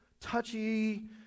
touchy